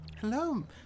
Hello